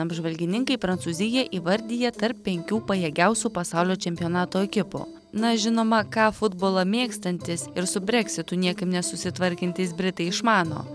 apžvalgininkai prancūziją įvardija tarp penkių pajėgiausių pasaulio čempionato ekipų na žinoma ką futbolą mėgstantys ir su breksitu niekaip nesusitvarkantys britai išmano